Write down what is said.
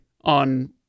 on